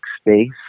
space